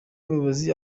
muyobozi